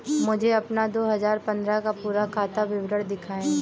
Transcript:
मुझे अपना दो हजार पन्द्रह का पूरा खाता विवरण दिखाएँ?